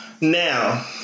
Now